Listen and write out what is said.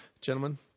gentlemen